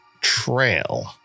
trail